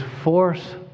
force